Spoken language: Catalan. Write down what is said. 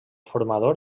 formador